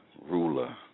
ruler